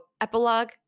epilogue